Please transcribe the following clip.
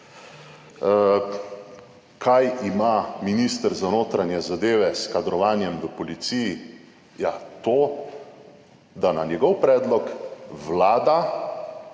Kaj ima minister za notranje zadeve s kadrovanjem v policiji? Ja, to, da na njegov predlog Vlada,